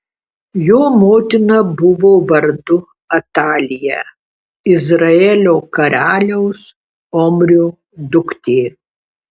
jo motina buvo vardu atalija izraelio karaliaus omrio duktė